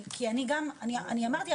אני אמרתי,